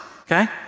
okay